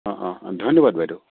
অঁ অঁঁ অঁ ধন্যবাদ বাইদেউ